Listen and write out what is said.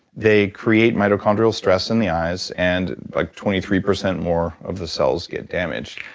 they create mitochondrial stress in the eyes and like twenty three percent more of the cells get damaged.